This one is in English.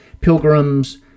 pilgrims